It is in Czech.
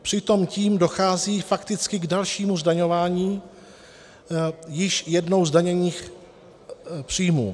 Přitom tím dochází fakticky k dalšímu zdaňování již jednou zdaněných příjmů.